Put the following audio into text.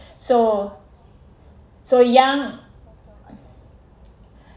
so so young